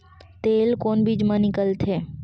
तेल कोन बीज मा निकलथे?